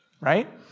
right